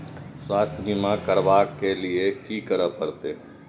स्वास्थ्य बीमा करबाब के लीये की करै परतै?